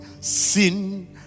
sin